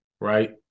right